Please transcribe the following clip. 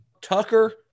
tucker